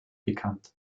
bekannt